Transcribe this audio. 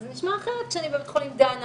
זה נשמע אחרת כשאני בבית חולים דנה